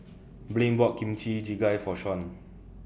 Blaine bought Kimchi Jjigae For Shaun